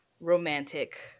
romantic